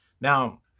Now